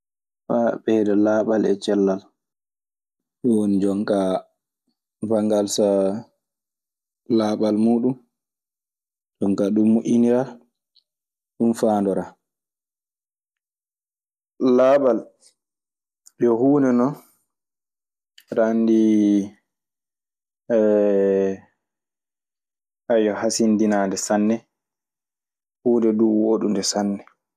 Faa ɓeyda laaɓal e cellal. Ɗun woni jon kaa banngal laaɓal muuɗun. Jon kaa ɗun moƴƴiniraa. Ɗun faandoraa. Laaɓal yo huunde non aɗe anndii hasindinaande sanne. Huunde duu wooɗunde sanne.